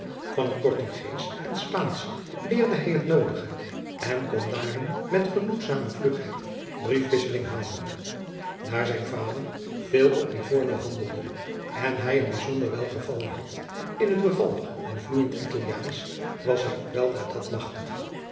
van het portugeesch en spaansch leerde hij het noodige en kon daarin met genoegzame vlugheid briefwisseling houden daar zijn vader veel op livorno handelde en hij een bijzonder welgevallen had in het bevallig en vloeijend italiaansch was hij ook weldra dat magtig